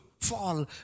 fall